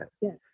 Yes